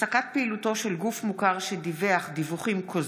הפסקת פעילותו של גוף מוכר שדיווח דיווחים כוזבים),